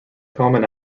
common